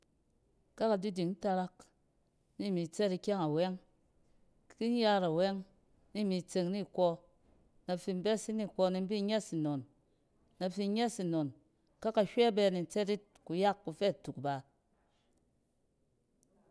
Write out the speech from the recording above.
Kɛ kadiding tarak, ni mi tsɛt ikyɛng awɛng. ki in yɛɛt awɛng, ni mi tseng ni kↄↄ. Na fin besin nikↄↄ, ni mi bin nyɛs nnon. Na fin nyɛs nnon, kɛ kahywɛ bɛ ni in tsɛt yit kuyak kufɛ tuk aba.